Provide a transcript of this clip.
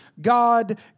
God